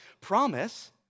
promise